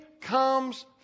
comes